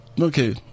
okay